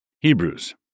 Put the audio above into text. Hebrews